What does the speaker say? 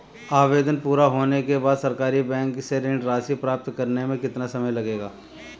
आवेदन पूरा होने के बाद सरकारी बैंक से ऋण राशि प्राप्त करने में कितना समय लगेगा?